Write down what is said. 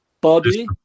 Body